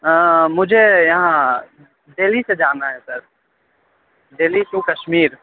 ہاں مجھے یہاں دہلی سے جانا ہے سر دہلی ٹو کشمیر